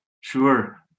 Sure